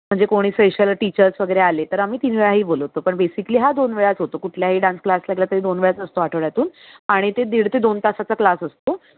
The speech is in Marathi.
म्हणजे कोणी स्पेशल टीचर्स वगैरे आले तर आम्ही तीन वेळा ही बोलवतो पण बेसिकली हा दोन वेळाच होतो कुठल्याही डान्स क्लासला गेला तरी दोन वेळाच अस्तो आठवड्यातून आणि ते दीड ते दोन तासाचा क्लास असतो